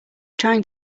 trying